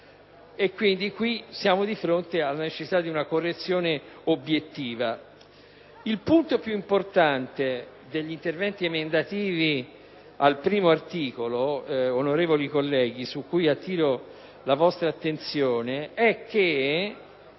Quindi, siamo di fronte alla necessità di una correzione obiettiva. Il punto più importante degli interventi emendativi all'articolo 1, onorevoli colleghi, su cui attraggo la vostra attenzione, è che